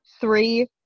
three